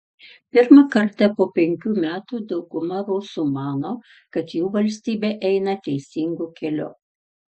pirmą kartą po penkių metų dauguma rusų mano kad jų valstybė eina teisingu keliu